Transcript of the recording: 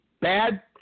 Bad